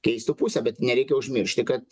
keistų pusę bet nereikia užmiršti kad